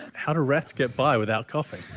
how do rats get by without coughing?